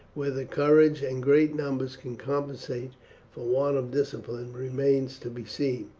whether courage and great numbers can compensate for want of discipline remains to be seen.